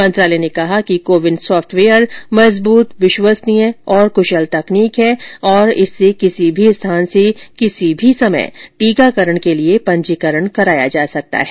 मंत्रालय ने कहा कि कोविन सॉफ्टवेयर मजबूत विश्वसनीय और कुशल तकनीक है और इससे किसी भी स्थान से किसी भी समय टीकाकरण के लिए पंजीकरण कराया जा सकता है